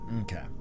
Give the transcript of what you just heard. Okay